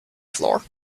floor